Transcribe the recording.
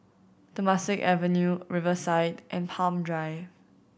Temasek Avenue Riverside and Palm Drive